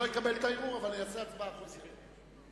רוצה הצבעה חוזרת?